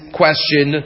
question